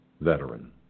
veteran